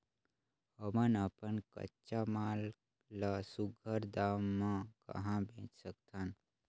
हमन अपन कच्चा माल ल सुघ्घर दाम म कहा बेच सकथन?